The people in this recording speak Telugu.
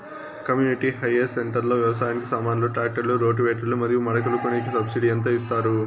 కమ్యూనిటీ హైయర్ సెంటర్ లో వ్యవసాయానికి సామాన్లు ట్రాక్టర్లు రోటివేటర్ లు మరియు మడకలు కొనేకి సబ్సిడి ఎంత ఇస్తారు